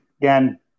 Again